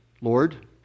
lord